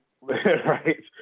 right